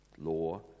law